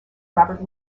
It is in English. robert